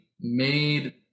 made –